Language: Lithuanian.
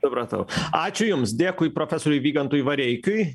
supratau ačiū jums dėkui profesoriui vygantui vareikiui